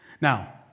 Now